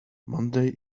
monday